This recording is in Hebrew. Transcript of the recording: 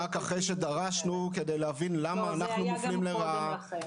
רק אחרי שדרשנו כדי להבין למה אנחנו מופלים לרעה.